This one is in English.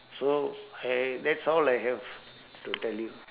so !hey! that's all I have to tell you